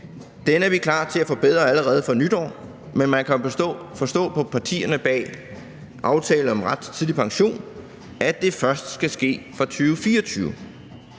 Den er vi klar til at forbedre allerede fra nytår, men man kan jo forstå på partierne bag aftalen om ret til tidlig pension, at det først skal ske fra 2024.